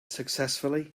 successfully